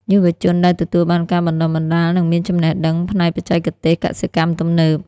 យុវជនដែលទទួលបានការបណ្តុះបណ្តាលនឹងមានចំណេះដឹងផ្នែកបច្ចេកទេសកសិកម្មទំនើប។